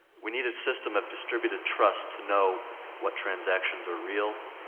we need a system of distributed trust to know what transactions are real,